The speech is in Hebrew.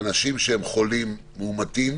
אנשים שהם חולים מאומתים